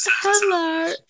Hello